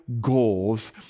goals